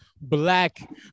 black